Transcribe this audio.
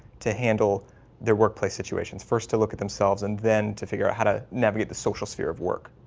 to handle their workplace situations first to look at themselves and then to figure out how to navigate the social sphere of work